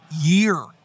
year